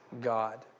God